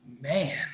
Man